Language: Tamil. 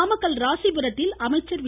நாமக்கல் ராசிபுரத்தில் அமைச்சர் வி